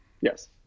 Yes